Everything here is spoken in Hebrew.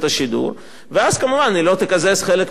ואז כמובן היא לא תקזז חלק מהסכום מאגרת רשיון הרכב.